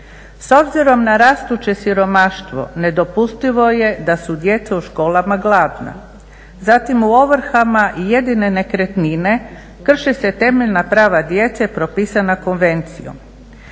S obzirom na rastuće siromaštvo nedopustivo je da su djeca u školama gladna. Zatim u ovrhama jedine nekretnine, krše se temeljna prava djece propisana konvencijom.